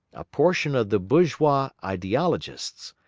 a portion of the bourgeois ideologists,